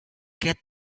get